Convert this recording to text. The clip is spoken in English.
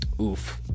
Oof